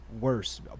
worse